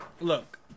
look